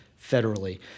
federally